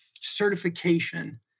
certification